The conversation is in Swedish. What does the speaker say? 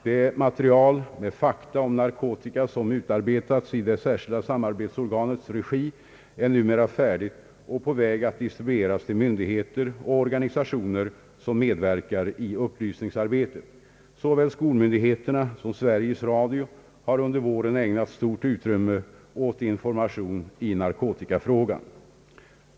Det material med fakta om narkotika som utarbetats i det särskilda samarbetsorganets regi är numera färdigt och på väg att distribueras 1ill myndigheter och organisationer som medverkar i upplysningsarbetet. Såväl skolmyndigheterna som Sveriges Radio har under våren ägnat stort utrymme åt information i narkotikafrågan.